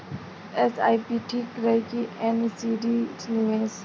SIP ठीक रही कि एन.सी.डी निवेश?